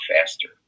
faster